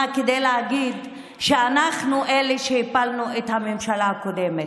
כדי להגיד שאנחנו אלה שהפלנו את הממשלה הקודמת.